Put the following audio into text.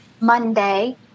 Monday